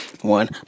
one